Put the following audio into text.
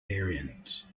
variants